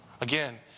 Again